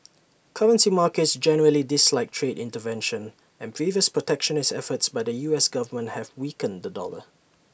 currency markets generally dislike trade intervention and previous protectionist efforts by the U S Government have weakened the dollar